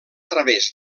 través